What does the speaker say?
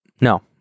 No